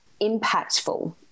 impactful